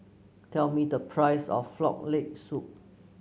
tell me the price of Frog Leg Soup